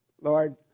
Lord